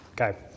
Okay